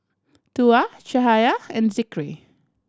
Tuah Cahaya and Zikri